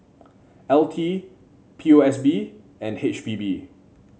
L T P O S B and H P B